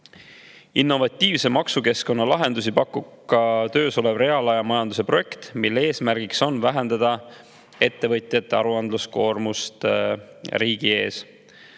Innovatiivse maksukeskkonna lahendusi pakub ka töös olev reaalajamajanduse projekt, mille eesmärk on vähendada ettevõtjate aruandluskoormust riigi ees.